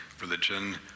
religion